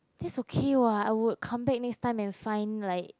that's okay [what] I would come back next time and find like